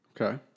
Okay